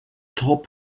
top